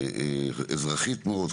אזרחית מאוד,